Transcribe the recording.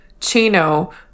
Chino